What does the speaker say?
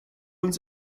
uns